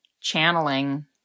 channeling